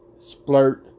splurt